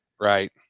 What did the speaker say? Right